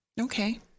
Okay